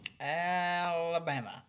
Alabama